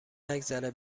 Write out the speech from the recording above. نگذره